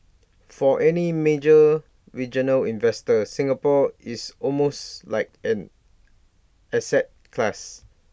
for any major regional investor Singapore is almost like an asset class